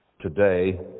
today